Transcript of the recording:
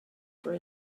for